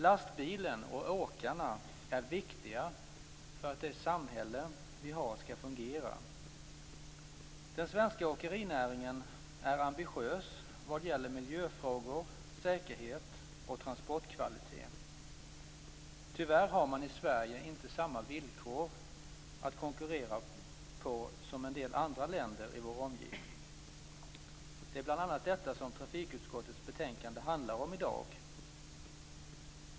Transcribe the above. Lastbilen och åkarna är viktiga för att det samhälle vi har skall fungera. Den svenska åkerinäringen är ambitiös vad gäller miljöfrågor, säkerhet och transportkvalitet. Tyvärr har man i Sverige inte samma villkor att konkurrera på som i en del andra länder i vår omgivning. Det är bl.a. detta som trafikutskottets betänkande handlar om i dag.